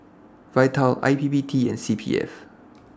Vital I P P T and C P F